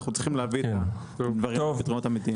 אנחנו צריכים להביא פתרונות אמיתיים.